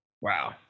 Wow